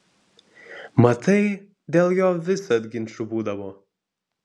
matai dėl jo visad ginčų būdavo